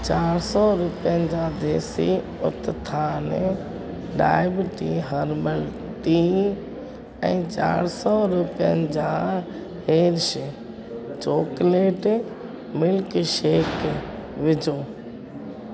चारि सौ रुपियनि जा देसी उत्थान डायबटी हर्बल टी ऐं चारि सौ रुपियनि जा हेर्श चॉकलेट मिल्क शेक विझो